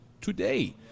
today